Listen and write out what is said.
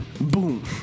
boom